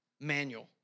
manual